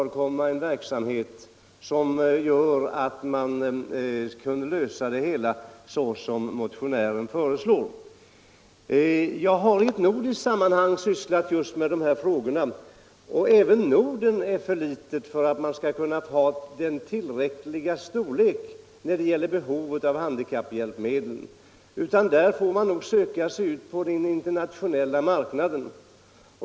Därför är det vanskligt att starta en sådan verksamhet som motionären föreslår. Jag har i nordiskt sammanhang sysslat just med dessa frågor. Men även Norden är ett för litet område för att tillverkningen skulle kunna bli av den storleksordning som erfordras, utan man får nog söka sig ut på den internationella marknaden.